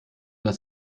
das